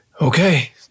Okay